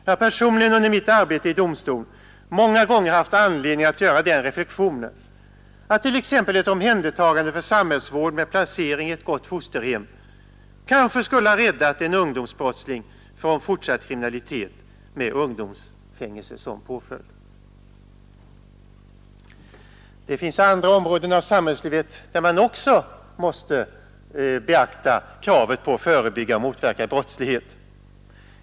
Jag har personligen under mitt arbete i domstol många gånger haft anledning att göra den reflexionen att t.ex. ett omhändertagande för samhällsvård med placering i ett gott fosterhem kanske skulle ha räddat en ungdomsbrottsling från fortsatt kriminalitet med ungdomsfängelse som påföljd. Det finns andra områden av samhällslivet där man också måste beakta kravet på att förebygga och motverka brottslighet.